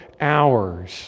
hours